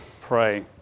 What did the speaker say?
pray